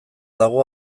dago